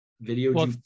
video